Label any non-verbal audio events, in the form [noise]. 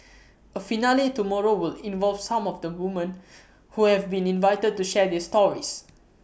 [noise] A finale tomorrow will involve some of the women who have been invited to share their stories